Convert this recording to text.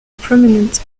prominent